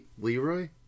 leroy